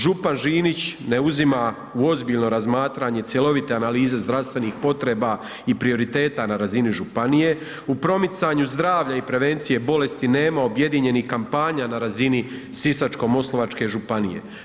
Župan Žinić ne uzima u ozbiljno razmatranje cjelovite analize zdravstvenih potreba i prioriteta na razini županije, u promicanju zdravlja i prevencije bolesti nema objedinjenih kampanja na razini Sisačko-moslavačke županije.